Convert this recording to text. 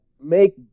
make